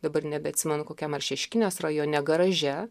dabar nebeatsimenu kokiam ar šeškinės rajone garaže